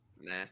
nah